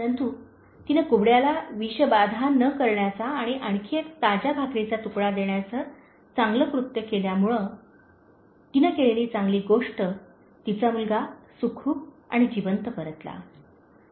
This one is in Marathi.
परंतु तिने कुबड्याला विषबाधा न करण्याचा आणि आणखी एक ताज्या भाकरीचा तुकडा देण्याचे चांगले कृत्य केल्यामुळे तिने केलेली चांगली गोष्ट तिचा मुलगा सुखरूप आणि जिवंत परतला